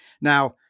Now